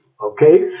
okay